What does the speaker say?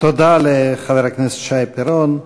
תודה לחבר הכנסת שי פירון.